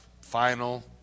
final